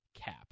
Cap